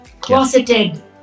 closeted